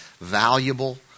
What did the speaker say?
valuable